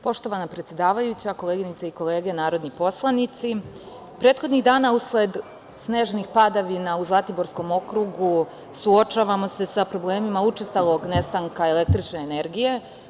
Poštovana predsedavajuća, koleginice i kolege narodni poslanici, prethodnih dana usled snežnih padavina u Zlatiborskom okrugu suočavamo se sa problemima učestalog nestanka električne energije.